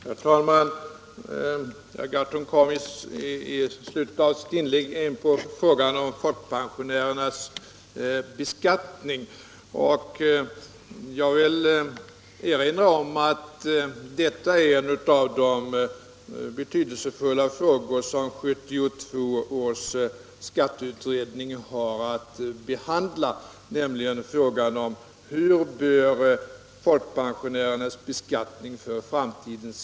Herr talman! Herr Gahrton kom i slutet av sitt anförande in på folkpensionärernas beskattning. Jag vill erinra om att detta är en av de betydelsefulla frågor som 1972 års skatteutredning har att behandla, nämligen hur folkpensionärernas beskattning bör se ut i framtiden.